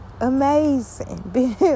amazing